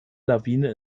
lawine